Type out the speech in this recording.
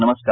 नमस्कार